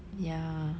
ya